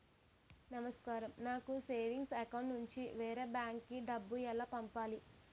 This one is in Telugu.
నమస్కారం నాకు సేవింగ్స్ అకౌంట్ నుంచి వేరే బ్యాంక్ కి డబ్బు ఎలా పంపాలి?